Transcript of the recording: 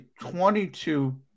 22